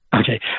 okay